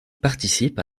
participe